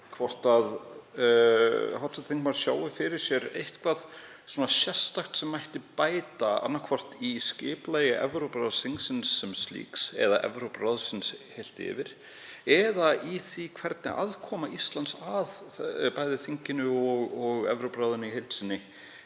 hvort hv. þingmaður sjái fyrir sér eitthvað sérstakt sem mætti bæta annaðhvort í skipulagi Evrópuráðsþingsins sem slíks, eða Evrópuráðsins heilt yfir, eða í því hvernig aðkoma Íslands að bæði þinginu og Evrópuráðinu í heild sinni